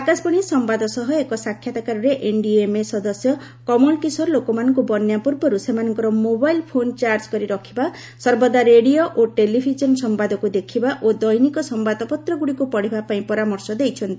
ଆକାଶବାଣୀ ସମ୍ବାଦ ସହ ଏକ ସାକ୍ଷାତକାରରେ ଏନ୍ଡିଏମ୍ଏ ସଦସ୍ୟ କମଳକିଶୋର ଲୋକମାନଙ୍କୁ ବନ୍ୟା ପୂର୍ବରୁ ସେମାନଙ୍କର ମୋବାଇଲ୍ ଫୋନ୍ ଚାର୍ଜ କରି ରଖିବାସର୍ବଦା ରେଡିଓ ଓ ଟେଲିଭିଜନ ସମ୍ଭାଦକୁ ଦେଖିବା ଓ ଦୈନିକ ସମ୍ଭାଦପତ୍ରଗୁଡ଼ିକୁ ପଢ଼ିବା ପାଇଁ ପରାମର୍ଶ ଦେଇଛନ୍ତି